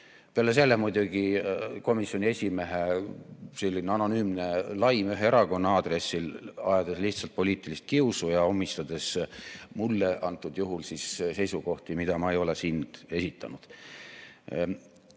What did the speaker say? Peale selle muidugi komisjoni esimehe selline anonüümne laim ühe erakonna aadressil, ajades lihtsalt poliitilist kiusu ja omistades antud juhul mulle seisukohti, mida ma ei ole siin esitanud.